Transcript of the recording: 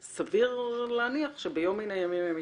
סביר להניח שביום מן הימים הם יתרחשו.